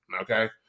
okay